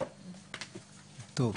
טוב,